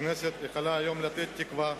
הכנסת יכולה היום לתת תקווה